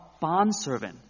bondservant